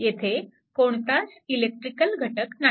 येथे कोणताच इलेक्ट्रिकल घटक नाही